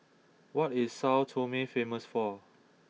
what is Sao Tome famous for